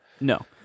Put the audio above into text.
No